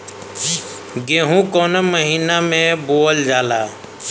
गेहूँ कवने महीना में बोवल जाला?